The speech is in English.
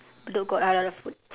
bedok got halal food